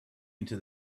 into